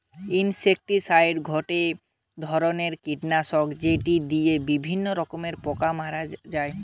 insecticide গটে ধরণের কীটনাশক যেটি দিয়া বিভিন্ন রকমের পোকা মারা হতিছে